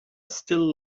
still